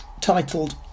titled